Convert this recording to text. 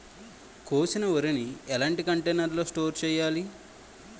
కోసిన వరిని ఎలాంటి కంటైనర్ లో స్టోర్ చెయ్యాలి?